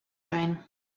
doing